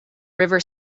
river